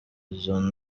izo